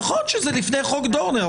נכון שזה לפני חוק דורנר.